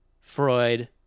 Freud